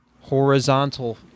horizontal